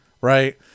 Right